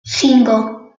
cinco